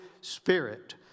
Spirit